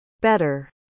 Better